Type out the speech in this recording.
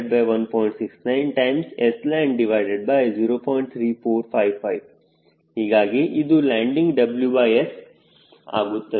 3455 ಹೀಗಾಗಿ ಇದು landing WS ಆಗುತ್ತದೆ